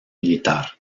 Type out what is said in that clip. militar